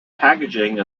packaging